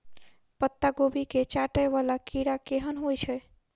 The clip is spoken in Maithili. पत्ता कोबी केँ चाटय वला कीड़ा केहन होइ छै?